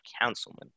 councilman